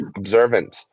observant